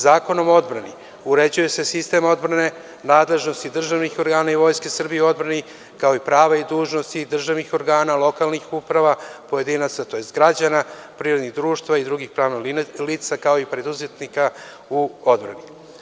Zakonom o odbrani uređuje se sistem odbrane, nadležnosti državnih organa i Vojske Srbije u odbrani, kao i prava i dužnosti državnih organa, lokalnih uprava, pojedina, tj. građana, privrednih društava i drugih pravnih lica i preduzetnika u odbrani.